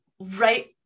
right